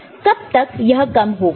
कब तक यह काम होगा